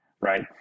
Right